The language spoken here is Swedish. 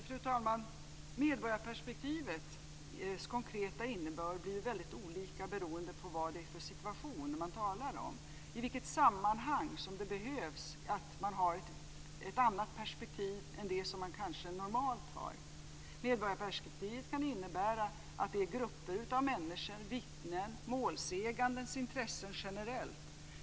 Fru talman! Medborgarperspektivets konkreta innebörd blir ju väldigt olika beroende på vad det är för situation man talar om, i vilket sammanhang det behövs ett annat perspektiv än det som man kanske normalt har. Medborgarperspektivet kan handla om grupper av människors - vittnen och målsäganden - intressen generellt.